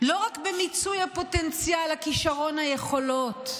לא רק במיצוי הפוטנציאל, הכישרון, היכולות,